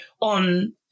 on